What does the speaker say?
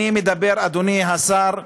אדוני השר,